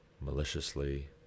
maliciously